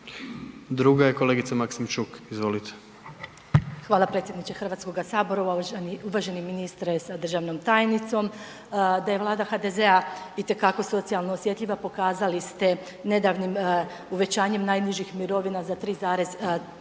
Druga je kolegica Maksimčuk. **Maksimčuk, Ljubica (HDZ)** Hvala predsjedniče Hrvatskoga sabora. Uvaženi ministre sa državnom tajnicom, da je Vlada HDZ-a itekako socijalno osjetljiva pokazali ste nedavnim uvećanjem najnižih mirovina za 3,13%